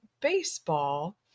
baseball